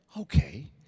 Okay